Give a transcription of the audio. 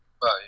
Bye